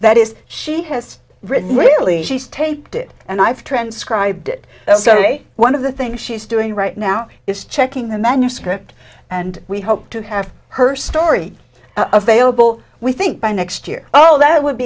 that is she has written really she's taped it and i've transcribed it so one of the things she's doing right now is checking the manuscript and we hope to have her story available we think by next year oh that would